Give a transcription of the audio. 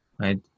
right